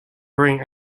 bring